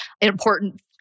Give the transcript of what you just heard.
important